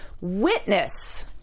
witness